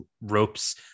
Ropes